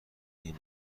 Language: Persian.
این